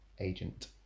agent